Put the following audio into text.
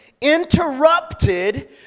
interrupted